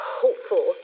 hopeful